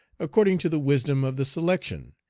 according to the wisdom of the selection,